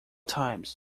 times